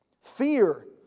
Fear